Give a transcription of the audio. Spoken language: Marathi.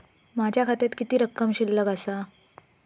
माझ्या खात्यात किती रक्कम शिल्लक आसा?